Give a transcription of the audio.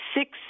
six